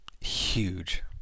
huge